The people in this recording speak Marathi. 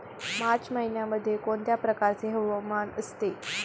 मार्च महिन्यामध्ये कोणत्या प्रकारचे हवामान असते?